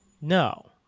No